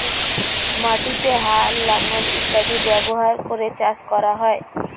মাটিতে হাল, লাঙল ইত্যাদি ব্যবহার করে চাষ করা হয়